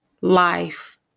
Life